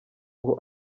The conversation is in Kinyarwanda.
ngo